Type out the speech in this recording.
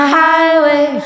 highway